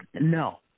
no